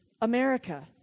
America